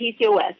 PCOS